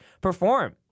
perform